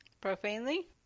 profanely